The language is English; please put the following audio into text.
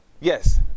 Yes